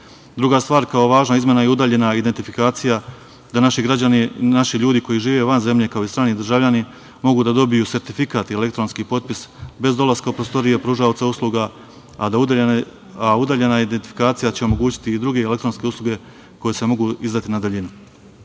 stvar kao važna izmena je udaljena identifikacija, da naši građani, naši ljudi koji žive van zemlje, kao i strani državljani, mogu da dobiju sertifikat ili elektronski potpis bez dolaska u prostorije pružaoca usluga, a udaljena identifikacija će omogućiti i druge elektronske usluge koje se mogu izdati na daljinu. Treća